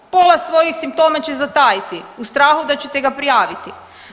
Pola svojih simptoma će zatajiti u strahu da ćete ga prijaviti.